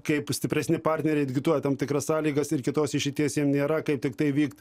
kaip stipresni partneriai diktuoja tam tikras sąlygas ir kitos išeities jiem nėra kai tiktai vykt